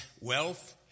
wealth